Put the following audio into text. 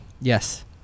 Yes